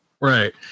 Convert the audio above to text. Right